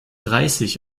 dreißig